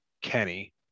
Kenny